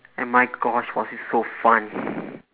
and my gosh was it so fun